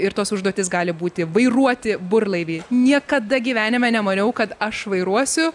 ir tos užduotys gali būti vairuoti burlaivį niekada gyvenime nemaniau kad aš vairuosiu